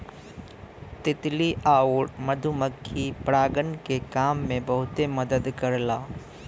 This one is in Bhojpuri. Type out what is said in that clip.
तितली आउर मधुमक्खी परागण के काम में बहुते मदद करला